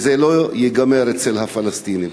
וזה לא ייגמר אצל הפלסטינים.